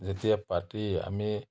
যেতিয়া পাতি আমি